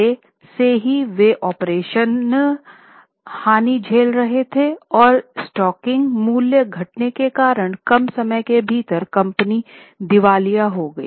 पहले से ही वे ऑपरेशन हानि झेल रहे थे और स्टॉकिंग मूल्य घटने के कारण कम समय के भीतर कंपनी दिवालिया हो गई